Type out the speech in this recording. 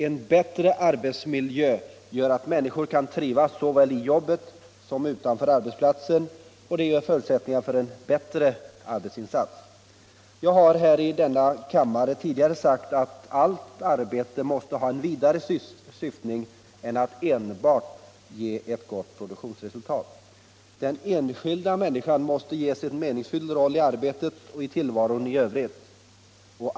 En bättre arbetsmiljö gör att människorna kan trivas såväl i jobbet som utanför arbetsplatsen, och det är förutsättningen för en bättre arbetsinsats. Jag har i denna kammare tidigare sagt att allt arbete måste ha en vidare syftning än alt enbart ge ett gott produktionsresultat. Den enskilda människan måste ges cn meningsfylld roll i arbetet och i tillvaron i övrigt.